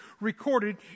recorded